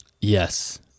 Yes